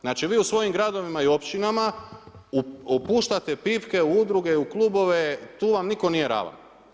Znači, vi u svojim gradovima i općinama upuštate pipke u udruge, u klubove, tu vam nitko nije ravan.